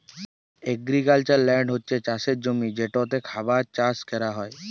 agricultural land হছে চাষের জমি যেটতে খাবার চাষ ক্যরা হ্যয়